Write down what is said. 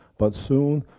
but, soon,